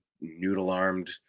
noodle-armed